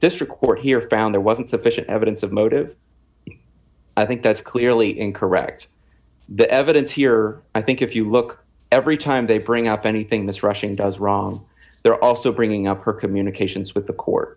district court here found there wasn't sufficient evidence of motive i think that's clearly incorrect the evidence here i think if you look every time they bring up anything this rushing does wrong they're also bringing up her communications with the court